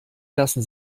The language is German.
lassen